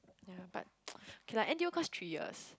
ya but okay lah N_T_U course three years